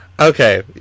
Okay